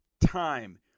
time